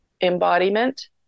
embodiment